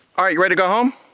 all right, you ready to go home?